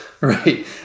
right